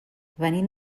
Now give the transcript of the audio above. venim